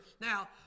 Now